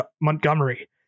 Montgomery